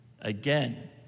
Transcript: Again